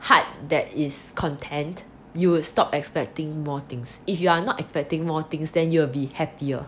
heart that is content you would stop expecting more things if you are not expecting more things then you will be happier